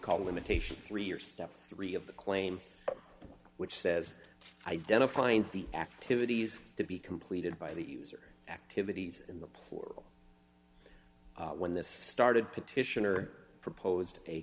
call imitation three or step three of the claim which says identifying the activities to be completed by the user activities in the plural when this started petitioner proposed a